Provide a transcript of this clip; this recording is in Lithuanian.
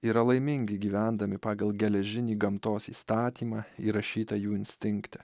yra laimingi gyvendami pagal geležinį gamtos įstatymą įrašytą jų instinkte